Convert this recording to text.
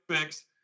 fix